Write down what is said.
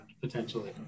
potentially